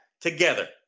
together